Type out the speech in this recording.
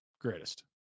greatest